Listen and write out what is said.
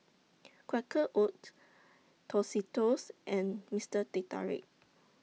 Quaker Oats Tostitos and Mister Teh Tarik